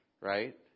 right